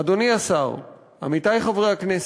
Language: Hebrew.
אדוני השר, עמיתי חברי הכנסת,